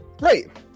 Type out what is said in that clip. Right